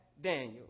Daniel